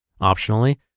Optionally